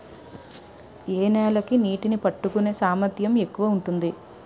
ఏ నేల కి నీటినీ పట్టుకునే సామర్థ్యం ఎక్కువ ఉంటుంది?